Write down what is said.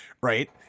Right